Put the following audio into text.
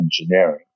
engineering